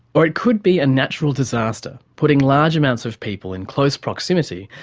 or it could be a natural disaster, putting large amounts of people in close proximity,